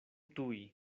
tuj